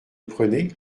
prenez